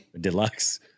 deluxe